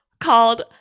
called